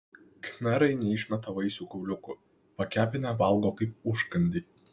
khmerai neišmeta vaisių kauliukų pakepinę valgo kaip užkandį